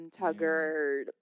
tugger